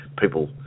people